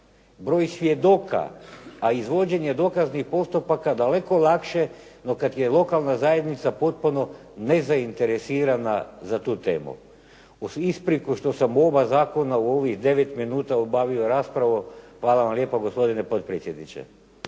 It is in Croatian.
broj svjedoka, a izvođenje dokaznih postupaka daleko lakše no kad je lokalna zajednica potpuno nezainteresirana za tu temu. Uz ispriku što sam oba zakona u ovih 9 minuta obavio raspravom, hvala vam lijepa gospodine potpredsjedniče.